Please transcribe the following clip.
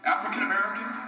African-American